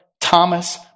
Thomas